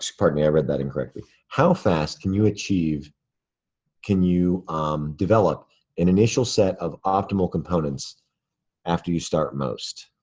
pardon me. i read that incorrectly. how fast can you achieve can you develop an initial set of optimal components after you start most?